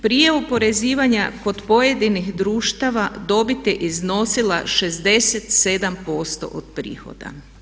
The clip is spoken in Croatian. Prije oporezivanja kod pojedinih društava dobit je iznosila 67% od prihoda.